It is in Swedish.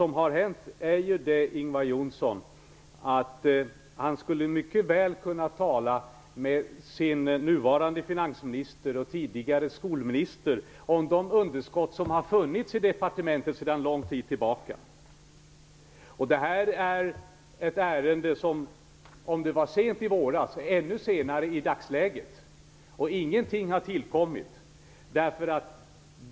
Men Ingvar Johnsson skulle mycket väl kunna tala med sin nuvarande finansminister, tidigare skolminister, om de underskott som har funnits i departementet sedan lång tid tillbaka. Om det var sent att behandla ärendet i våras är det ännu senare i dagsläget. Ingenting har tillkommit.